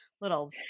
little